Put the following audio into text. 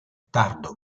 tardo